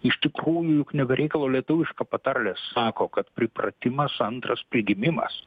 iš tikrųjų juk ne be reikalo lietuviška patarlė sako kad pripratimas antras prigimimas